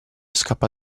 scappa